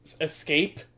escape